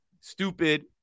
stupid